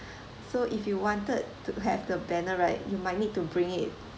so if you wanted to have the banner right you might need to bring it